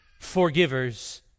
forgivers